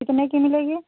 कितने की मिलेगी